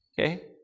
Okay